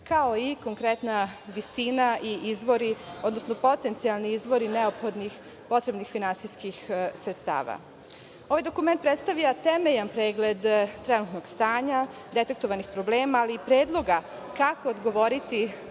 kao i konkretna visina i izvori, odnosno potencijalni izvori neophodnih potrebnih finansijskih sredstava. Ovaj dokument predstavlja temeljan pregled trenutnog stanja, detektovanih problema, ali i predloga kako odgovoriti